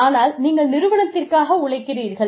ஆனால் நீங்கள் நிறுவனத்திற்காக உழைக்கிறீர்கள்